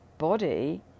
Body